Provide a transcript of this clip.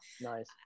Nice